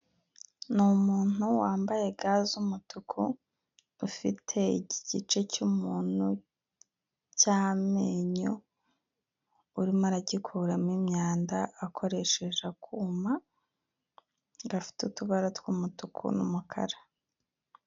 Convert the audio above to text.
ibintu nk'ibi bikunze kugaragara mu gihe cy'ibibazo by'ubuzima nka covid cumi n'icyenda ebola cyangwa izindi ndwara zandura cyane mu cyaro cyangwa mu mijyi mike kugenzura ubushyuhe bifasha kumenya buba abantu bashobora kugira umuriro ikimenyetso rusange cy'indwara nyinshi